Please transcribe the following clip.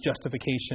justification